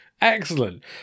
Excellent